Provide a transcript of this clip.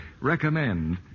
recommend